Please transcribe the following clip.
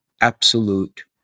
absolute